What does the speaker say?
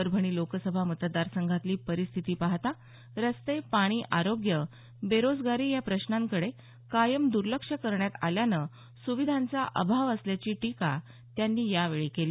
परभणी लोकसभा मतदार संघातली परिस्थिती पाहता रस्ते पाणी आरोग्य बेरोजगारी या प्रश्नाकडे कायम दुर्लक्ष करण्यात आल्यानं सुविधांचा अभाव असल्याची टीका त्यांनी यावेळी केली